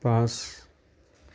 পাঁচ